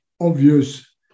obvious